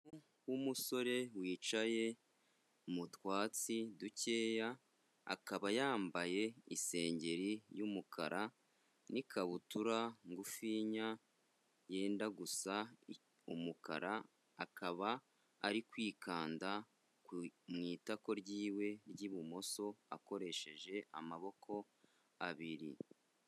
Umuntu w'umusore wicaye mu twatsi dukeya, akaba yambaye isengeri y'umukara n'ikabutura ngufiya yenda gusa umukara, akaba ari kwikanda mu itako ryiwe ry'ibumoso akoresheje amaboko abiri.